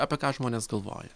apie ką žmonės galvoja